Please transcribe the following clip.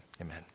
amen